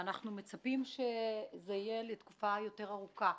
ואנחנו מצפים שזה יהיה לתקופה יותר ארוכה,